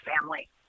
family